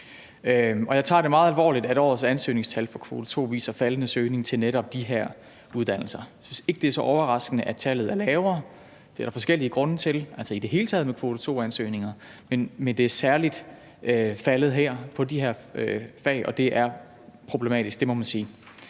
jeg tager det meget alvorligt, at årets ansøgningstal for kvote 2 viser faldende søgning til netop de her uddannelser. Jeg synes ikke, det er så overraskende, at tallet er lavere, altså, det er det i det hele taget for kvote 2-ansøgninger, og det er der forskellige grunde til, men det er særlig faldet på de her fagområder, og det er problematisk; det må man sige.